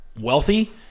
wealthy